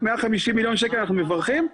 150 מיליון שקל, אנחנו מברכים.